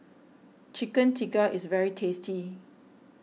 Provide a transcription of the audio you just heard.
Chicken Tikka is very tasty